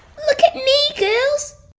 look at me girls!